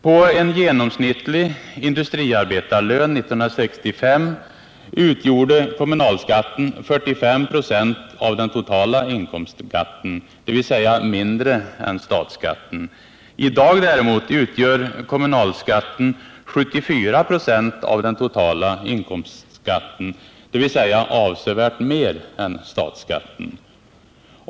På en genomsnittlig industriarbetarlön 1965 utgjorde kommunalskatten 45 96 av den totala inkomstskatten, dvs. mindre än statsskatten. I dag däremot utgör kommunalskatten 74 926 av den totala inkomstskatten, dvs. avsevärt mer än statsskatten.